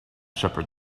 shepherd